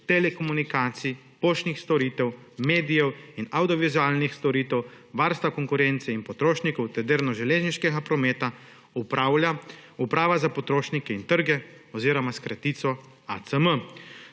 telekomunikacij, poštnih storitev, medijev in avdiovizualnih storitev, varstva konkurence in potrošnikov ter delno železniškega prometa, upravlja Uprava za potrošnike in trge oziroma s kratico ACM.